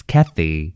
Kathy